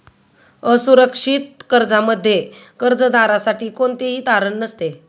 असुरक्षित कर्जामध्ये कर्जदारासाठी कोणतेही तारण नसते